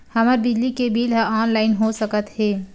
हमर बिजली के बिल ह ऑनलाइन हो सकत हे?